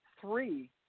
three